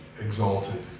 exalted